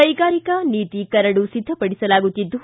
ಕೈಗಾರಿಕಾ ನೀತಿ ಕರಡು ಸಿದ್ಧಪಡಿಸಲಾಗುತ್ತಿದ್ದು